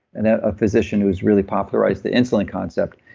and ah a physician who has really popularized the insulin concept.